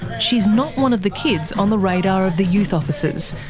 she's not one of the kids on the radar of the youth officers,